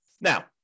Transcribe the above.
Now